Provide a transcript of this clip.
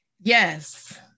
Yes